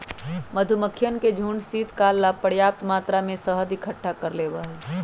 मधुमक्खियन के झुंड शीतकाल ला पर्याप्त मात्रा में शहद इकट्ठा कर लेबा हई